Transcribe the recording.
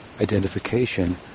identification